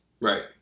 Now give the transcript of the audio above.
Right